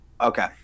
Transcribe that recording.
okay